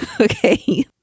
Okay